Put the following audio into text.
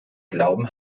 glauben